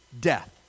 death